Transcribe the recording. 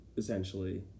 Essentially